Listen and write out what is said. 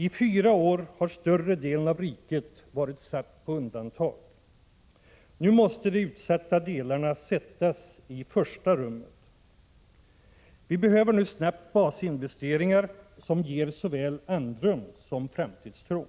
I fyra år har större delen av riket varit satt på undantag. Nu måste de utsatta delarna sättas i första rummet. Vi behöver nu snabbt basinvesteringar som ger såväl andrum som framtidstro.